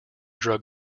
drug